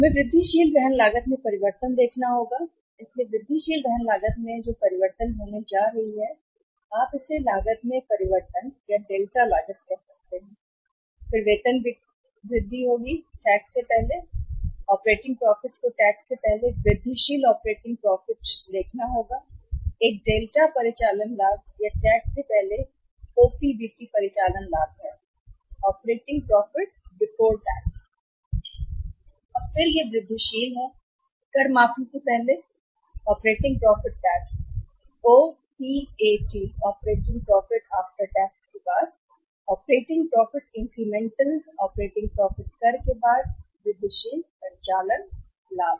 हमें वृद्धिशील वहन लागत में परिवर्तन देखना होगा इसलिए वृद्धिशील वहन लागत होगी परिवर्तन होने जा रहा है इसलिए आप इसे लागत में परिवर्तन डेल्टा लागत कह सकते हैं फिर वेतन वृद्धि होगी टैक्स से पहले ऑपरेटिंग प्रॉफिट को टैक्स से पहले वृद्धिशील ऑपरेटिंग प्रॉफिट देखना होगा एक डेल्टा परिचालन लाभ या टैक्स से पहले ओपीबीटी परिचालन लाभ है और फिर यह वृद्धिशील है कर माफी से पहले ऑपरेटिंग प्रॉफिट टैक्स ओपीएटी के बाद operating profit incremental operating profit कर के बाद वृद्धिशील परिचालन लाभ